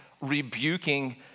rebuking